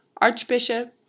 Archbishop